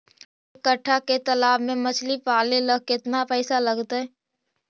एक कट्ठा के तालाब में मछली पाले ल केतना पैसा लगतै?